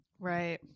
Right